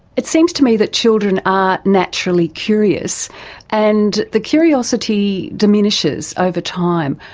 it seems to me that children are naturally curious and the curiosity diminishes over time.